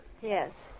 Yes